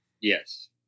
Yes